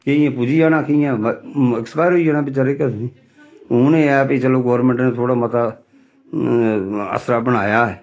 केइयें पुज्जी जाना केइयें ऐक्सपायर होई जाना बेचारे कथनी तुसें हून एह् ऐ भाई चलो गौरमैंट ने थोह्ड़ा मता आसरा बनाया ऐ